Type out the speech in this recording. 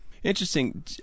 Interesting